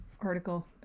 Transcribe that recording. article